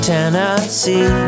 Tennessee